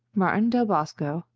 martin del bosco,